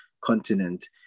continent